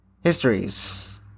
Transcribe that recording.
Histories